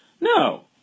No